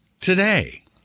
today